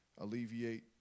alleviate